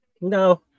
No